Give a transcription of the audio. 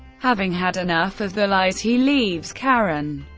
having had enough of the lies, he leaves karen.